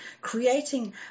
creating